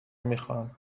میخواهند